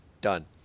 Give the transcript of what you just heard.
Done